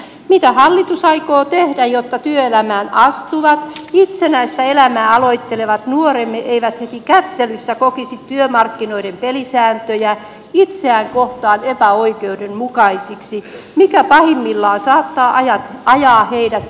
mitä hallitus aikoo tehdä jotta työelämään astuvat itsenäistä elämää aloittelevat nuoremme eivät heti kättelyssä kokisi työmarkkinoiden pelisääntöjä itseään kohtaan epäoikeudenmukaisiksi mikä pahimmillaan saattaa ajaa heidät työelämän ulkopuolelle